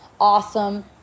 awesome